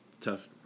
Tough